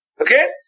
Okay